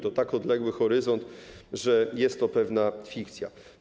To tak odległy horyzont, że jest to pewna fikcja.